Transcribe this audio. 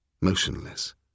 motionless